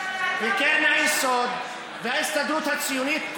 קרן היסוד וההסתדרות הציונית,